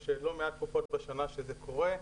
יש לא מעט תקופות בשנה שזה קורה.